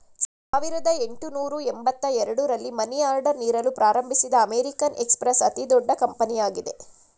ಸಾವಿರದ ಎಂಟುನೂರು ಎಂಬತ್ತ ಎರಡು ರಲ್ಲಿ ಮನಿ ಆರ್ಡರ್ ನೀಡಲು ಪ್ರಾರಂಭಿಸಿದ ಅಮೇರಿಕನ್ ಎಕ್ಸ್ಪ್ರೆಸ್ ಅತಿದೊಡ್ಡ ಕಂಪನಿಯಾಗಿದೆ